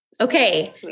Okay